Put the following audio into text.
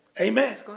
Amen